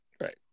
Right